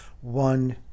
one